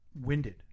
winded